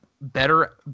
Better